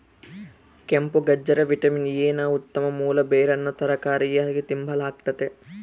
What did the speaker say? ಕೆಂಪುಗಜ್ಜರಿ vitamin A ನ ಉತ್ತಮ ಮೂಲ ಬೇರನ್ನು ತರಕಾರಿಯಾಗಿ ತಿಂಬಲಾಗ್ತತೆ